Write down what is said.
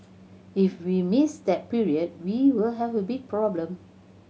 if we miss that period we will have a big problem